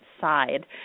side